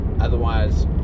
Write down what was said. Otherwise